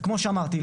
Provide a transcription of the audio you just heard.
וכמו שאמרתי,